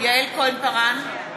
(קוראת בשם חברת הכנסת)